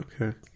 Okay